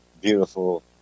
beautiful